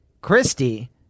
Christy